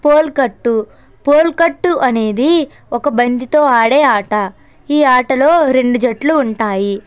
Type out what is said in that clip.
పోల్కట్టు పోల్కట్టు అనేది ఒక బంతితో ఆడే ఆట ఈ ఆటలో రెండు జట్లు ఉంటాయి